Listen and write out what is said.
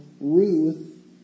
Ruth